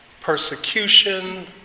persecution